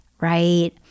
Right